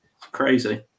Crazy